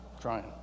Trying